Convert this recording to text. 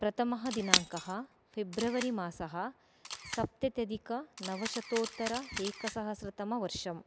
प्रथमः दिनाङ्कः फ़ेब्रवरि मासः सप्तत्यधिकनवशतोत्तर एकसहस्रतमवर्षम्